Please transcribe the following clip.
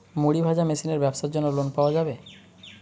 মুড়ি ভাজা মেশিনের ব্যাবসার জন্য লোন পাওয়া যাবে?